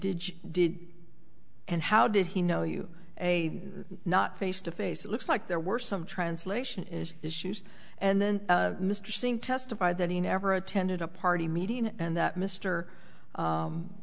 you did and how did he know you a not face to face it looks like there were some translation is issues and then mr singh testified that he never attended a party meeting and that m